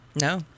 No